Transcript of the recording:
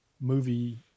movie